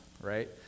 right